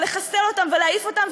לחסל אותם ולהעיף אותם,